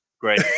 Great